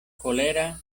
kolera